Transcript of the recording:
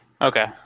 Okay